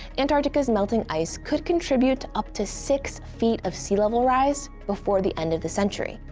antarctica's melting ice could contribute to up to six feet of sea level rise before the end of the century.